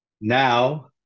now